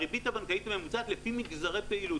הריבית הבנקאית הממוצעת לפי מגזרי פעילות